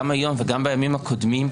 גם היום וגם בימים הקודמים,